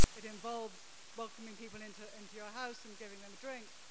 it involves welcoming people into into your house and giving them a drink.